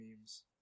memes